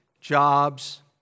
jobs